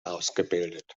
ausgebildet